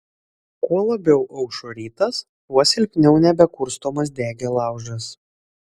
kuo labiau aušo rytas tuo silpniau nebekurstomas degė laužas